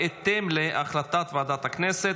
בהתאם להחלטת ועדת הכנסת,